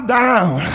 down